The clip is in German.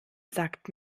sagt